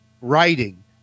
writing